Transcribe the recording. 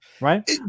Right